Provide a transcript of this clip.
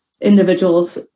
individuals